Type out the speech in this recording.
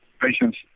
patience